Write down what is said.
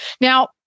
Now